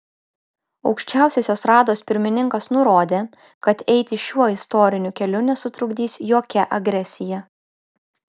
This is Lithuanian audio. aukščiausiosios rados pirmininkas nurodė kad eiti šiuo istoriniu keliu nesutrukdys jokia agresija